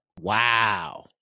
wow